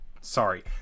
Sorry